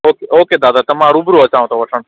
okay okay दादा त मां रुबरू अचांव थो वठणु